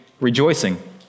rejoicing